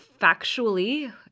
factually